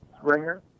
Springer